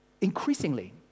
increasingly